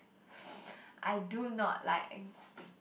I do not like existing